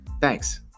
Thanks